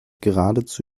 geradezu